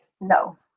no